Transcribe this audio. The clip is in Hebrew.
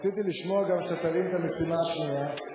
רציתי לשמוע גם שתרים את המשימה השנייה,